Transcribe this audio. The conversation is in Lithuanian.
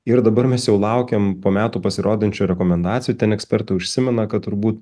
ir dabar mes jau laukiam po metų pasirodančių rekomendacijų ten ekspertai užsimena kad turbūt